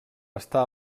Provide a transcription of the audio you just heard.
està